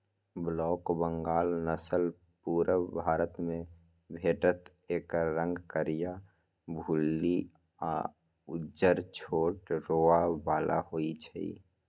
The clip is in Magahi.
ब्लैक बंगाल नसल पुरुब भारतमे भेटत एकर रंग करीया, भुल्ली आ उज्जर छोट रोआ बला होइ छइ